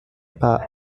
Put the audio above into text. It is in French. par